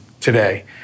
today